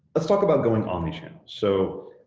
let's talk about going omnichannel. so,